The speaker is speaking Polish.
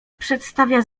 przedstawia